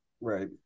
Right